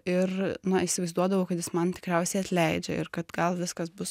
ir na įsivaizduodavau kad jis man tikriausiai atleidžia ir kad gal viskas bus